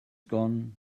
gone